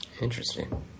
Interesting